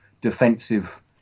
defensive